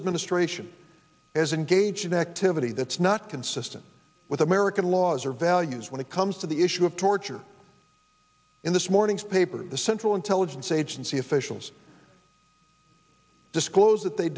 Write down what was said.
administration is engaged in activity that's not consistent with american laws or values when it comes to the issue of torture in this morning's paper the central intelligence agency officials disclosed that they